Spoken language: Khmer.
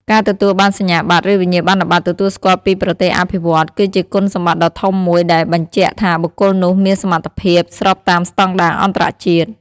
ការទទួលបានសញ្ញាបត្រ ឬវិញ្ញាបនបត្រទទួលស្គាល់ពីប្រទេសអភិវឌ្ឍន៍ គឺជាគុណសម្បត្តិដ៏ធំមួយដែលបញ្ជាក់ថាបុគ្គលនោះមានសមត្ថភាពស្របតាមស្តង់ដារអន្តរជាតិ។